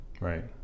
right